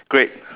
great